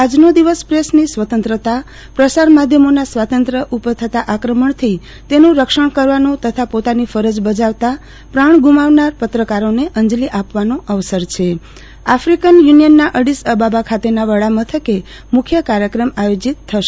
આજનો દિવસ પ્રેસની સ્વતંત્રતા પ્રસાર માધ્યમોના સ્વાતંત્ય ઉપર થતા આક્રમણથી તેનું રક્ષણ કરવાનો તથા પોતાની ફરજ બજાવવા પ્રાણ ગૂમાવનાર પત્રકારોને અંજલી આપવાનો અવસર છેઆફિકન યુનિયનના અડીશ અબાબા ખાતેના વડામથકે મુખ્ય કાર્યક્રમ આયોજિત થશે